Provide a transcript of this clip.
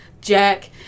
Jack